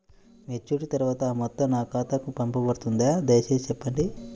Maturity తర్వాత ఆ మొత్తం నా ఖాతాకు పంపబడుతుందా? దయచేసి చెప్పండి?